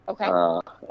Okay